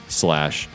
slash